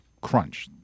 crunch